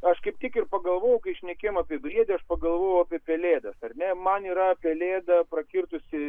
aš kaip tik ir pagalvojau kai šnekėjom apie briedį aš pagalvojau apie pelėdos ar ne man yra pelėda prakirtusi